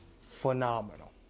phenomenal